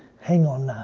hang on, nah,